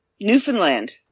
Newfoundland